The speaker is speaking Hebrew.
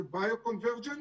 זה Bio-convergence,